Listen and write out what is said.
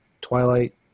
Twilight